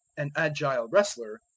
an agile wrestler,